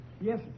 Yes